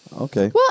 Okay